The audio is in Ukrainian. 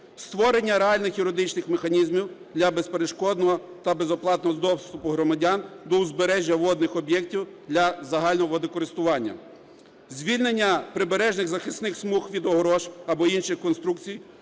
створення реальних юридичних механізмів для безперешкодного та безоплатного доступу громадян до узбережжя водних об'єктів для загального водокористування; звільнення прибережних захисних смуг від огорож або інших конструкцій,